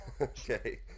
Okay